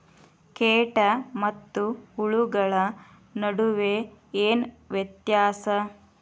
ಕೇಟ ಮತ್ತು ಹುಳುಗಳ ನಡುವೆ ಏನ್ ವ್ಯತ್ಯಾಸ?